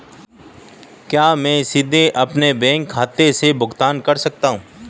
क्या मैं सीधे अपने बैंक खाते से भुगतान कर सकता हूं?